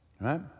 right